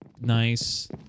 nice